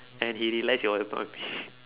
when he realise he also not happy